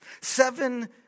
Seven